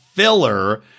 filler